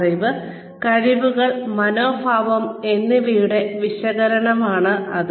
അറിവ് കഴിവുകൾ മനോഭാവം എന്നിവയുടെ വിശകലനമാണ് അത്